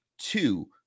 two